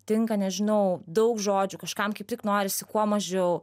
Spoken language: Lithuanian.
tinka nežinau daug žodžių kažkam kaip tik norisi kuo mažiau